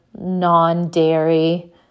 non-dairy